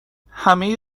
همه